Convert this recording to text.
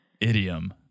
idiom